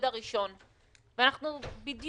אנחנו מתמרצים מהעובד הראשון,